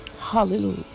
Hallelujah